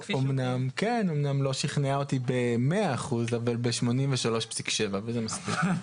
אמנם לא שכנעה אותי ב-100% אבל ב-83.7% וזה מספיק.